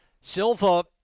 Silva